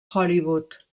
hollywood